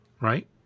Right